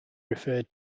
referred